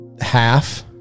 half